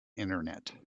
internet